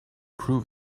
prove